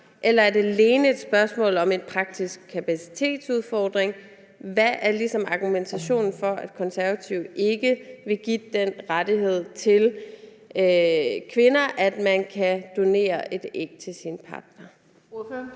eller om det alene er et spørgsmål om en praktisk kapacitetsudfordring. Hvad er ligesom argumentationen for, at Konservative ikke vil give den rettighed til kvinder, at man kan donere et æg til sin partner?